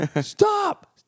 stop